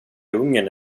ungern